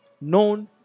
known